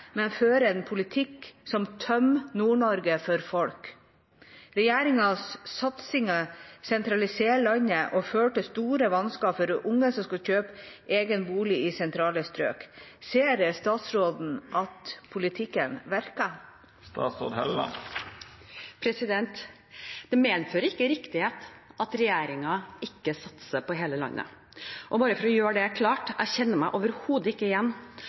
men fører en politikk som tømmer Nord-Norge for folk. Regjeringas satsinger sentraliserer landet og fører til store vansker for unge som skal kjøpe egen bolig i sentrale strøk. Ser statsråden at politikken virker?» Det medfører ikke riktighet at regjeringen ikke satser på hele landet. Bare for å gjøre det klart: Jeg kjenner meg overhodet ikke igjen